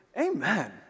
amen